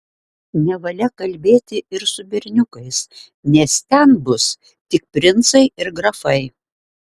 nevalia kalbėti ir su berniukais nes ten bus tik princai ir grafai